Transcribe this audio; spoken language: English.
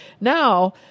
now